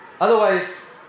Otherwise